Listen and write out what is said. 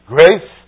Grace